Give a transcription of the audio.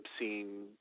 obscene